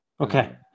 Okay